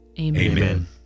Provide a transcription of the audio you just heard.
Amen